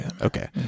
Okay